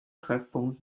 treffpunkt